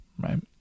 Right